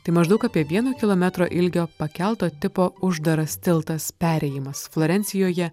tai maždaug apie vieno kilometro ilgio pakelto tipo uždaras tiltas perėjimas florencijoje